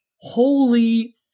Holy